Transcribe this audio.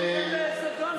זה לא בגלל זדון.